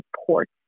support